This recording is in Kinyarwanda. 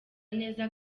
neza